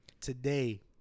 Today